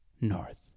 north